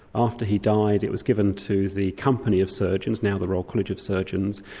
after he died, it was given to the company of surgeons, now the royal college of surgeons,